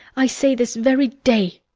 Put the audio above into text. i say, this very day!